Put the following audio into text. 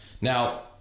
Now